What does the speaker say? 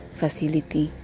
facility